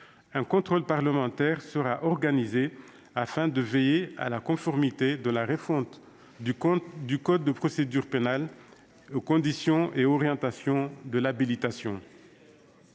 un contrôle parlementaire sera ajouté, afin de veiller à la conformité de la refonte du code de procédure pénale aux conditions et orientations de l'habilitation.